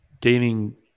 gaining